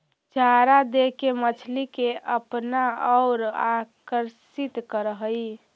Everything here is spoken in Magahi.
चारा देके मछली के अपना औउर आकर्षित करऽ हई